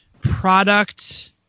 product